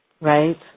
Right